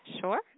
sure